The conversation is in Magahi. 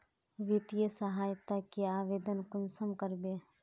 वित्तीय सहायता के आवेदन कुंसम करबे?